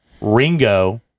Ringo